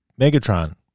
Megatron